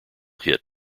hit